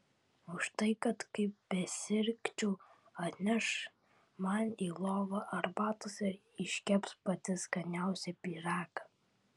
už tai kad kaip besirgčiau atneš man į lovą arbatos ir iškeps patį skaniausią pyragą